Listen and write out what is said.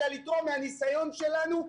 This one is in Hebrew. אלא לתרום מהניסיון שלנו,